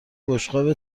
بشقاب